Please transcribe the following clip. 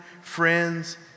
friends